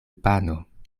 pano